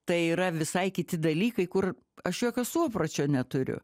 tai yra visai kiti dalykai kur aš jokio suopročio neturiu